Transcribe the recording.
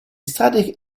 strade